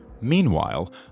Meanwhile